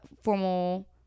formal